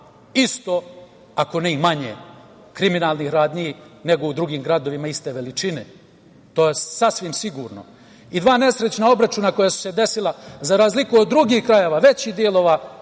isto, ako ne i manje, kriminalnih radnji nego u drugim gradovima iste veličine, to je sasvim sigurno. Dva nesrećna obračuna koja su se desila za razliku od drugih krajeva, većih delova,